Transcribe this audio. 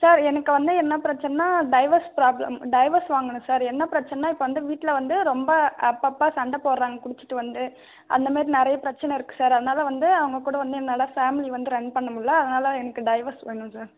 sir எனக்கு வந்து என்ன பிரச்சனைன்னா டைவர்ஸ் ப்ராப்ளம் டைவர்ஸ் வாங்கணும் சார் என்ன பிரச்சனைன்னா இப்போ வந்து வீட்டில் வந்து ரொம்ப அப்பப்போ சண்டைப் போடறாங்க குடிச்சுட்டு வந்து அந்த மாதிரி நிறைய பிரச்சனை இருக்குது சார் அதனால் வந்து அவங்கக்கூட வந்து என்னாலே ஃபேமிலி வந்து ரன் பண்ண முடில்ல அதனாலே எனக்கு டைவர்ஸ் வேணும் சார்